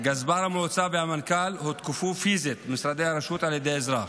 גזבר המועצה והמנכ"ל הותקפו פיזית במשרדי הרשות על ידי אזרח.